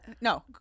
no